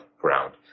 ground